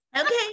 Okay